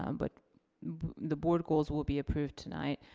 um but the board goals will be approved tonight,